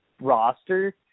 roster